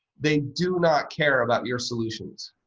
they do not care about your solutions.